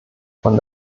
von